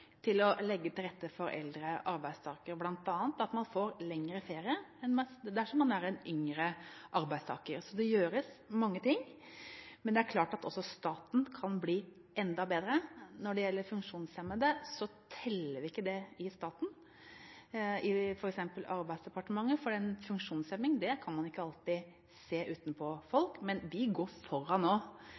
til å legge til rette for eldre arbeidstakere, bl.a. at man får lengre ferie enn yngre arbeidstakere. Så det gjøres mange ting. Men det er klart at også staten kan bli enda bedre. Når det gjelder funksjonshemmede, teller vi ikke det i staten, f.eks. i Arbeidsdepartementet, for en funksjonshemming kan man ikke alltid se utenpå folk. Men vi går nå foran